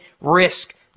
risk